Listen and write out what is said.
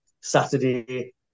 Saturday